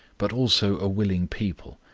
but also a willing people,